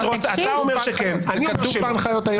אתה אומר כן, אני אומר לא.